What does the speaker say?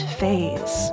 phase